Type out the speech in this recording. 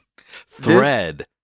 Thread